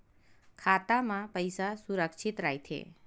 खाता मा पईसा सुरक्षित राइथे?